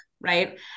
Right